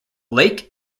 lake